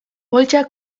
poltsa